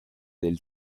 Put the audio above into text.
del